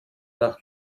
nach